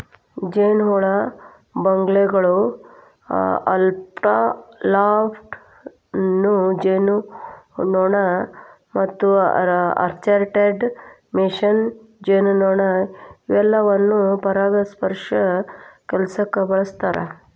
ಜೇನಹುಳ, ಬಂಬಲ್ಬೇಗಳು, ಅಲ್ಫಾಲ್ಫಾ ಜೇನುನೊಣ ಮತ್ತು ಆರ್ಚರ್ಡ್ ಮೇಸನ್ ಜೇನುನೊಣ ಇವೆಲ್ಲಾನು ಪರಾಗಸ್ಪರ್ಶ ಕೆಲ್ಸಕ್ಕ ಬಳಸ್ತಾರ